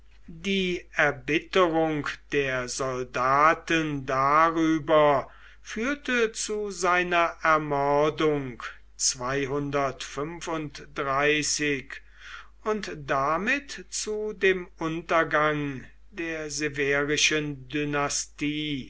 die erbitterung der soldaten darüber führte zu seiner ermordung und damit zu dem untergang der severischen dynastie